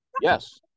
yes